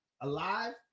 alive